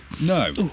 No